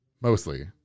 mostly